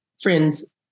friends